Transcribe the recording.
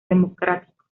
democrático